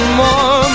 more